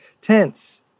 tense